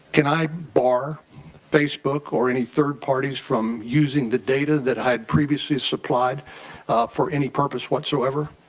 can i bar facebook or any third parties from using the data that had previously supplied for any purpose whatsoever?